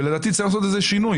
ולדעתי, צריך לעשות איזה שינוי.